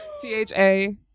t-h-a